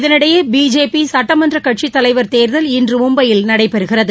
இதளிடையே பிஜேபி சுட்டமன்ற கட்சி தலைவர் தேர்தல் இன்று மும்பயில் நடைபெறுகிறது